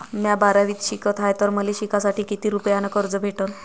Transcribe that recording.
म्या बारावीत शिकत हाय तर मले शिकासाठी किती रुपयान कर्ज भेटन?